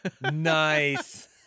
Nice